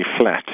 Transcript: flat